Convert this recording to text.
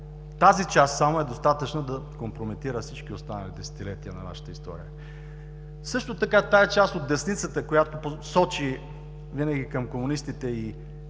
Тази част само е достатъчна, за да компрометира всички останали десетилетия на нашата история. Също така тази част от десницата, която сочи винаги към комунистите и